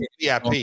VIP